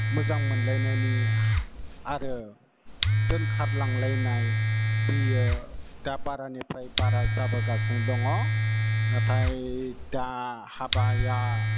मोजां मोनलायनायनि आरो दोनखारलांलायनाय बियो दा बारानिफ्राय बारा जाबोगासिनो दङ नाथाय दा हाबाया